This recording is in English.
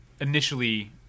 initially –